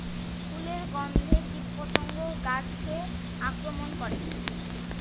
ফুলের গণ্ধে কীটপতঙ্গ গাছে আক্রমণ করে?